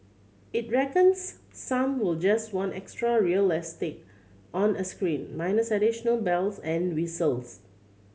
it reckons some will just want extra real estate on a screen minus additional bells and whistles